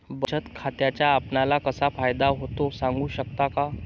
बचत खात्याचा आपणाला कसा फायदा होतो? सांगू शकता का?